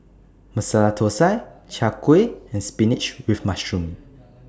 Masala Thosai Chai Kuih and Spinach with Mushroom